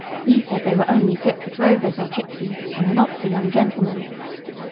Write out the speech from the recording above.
he said they were only fit for drovers or gypsies, and not for young gentlemen.